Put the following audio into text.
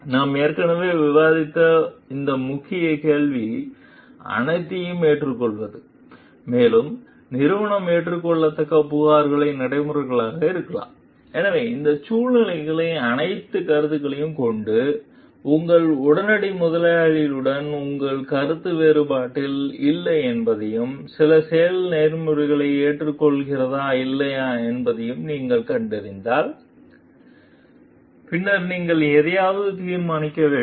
நாம் ஏற்கனவே விவாதித்த இந்த முக்கிய கேள்விகள் அனைத்தையும் எடுத்துக்கொள்வது மேலும் நிறுவன ஏற்றுக்கொள்ளத்தக்க புகார் நடைமுறைகளாக இருக்கலாம் எனவே இந்த சூழ்நிலைகள் அனைத்தையும் கருத்தில் கொண்டு உங்கள் உடனடி முதலாளியுடன் நீங்கள் கருத்து வேறுபாட்டில் இல்லை என்பதையும் சில செயல்கள் நெறிமுறையாக ஏற்றுக்கொள்ளப்படுகிறதா இல்லையா என்பதையும் நீங்கள் கண்டறிந்தால் பின்னர் நீங்கள் எதையாவது தீர்மானிக்க வேண்டும்